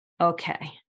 Okay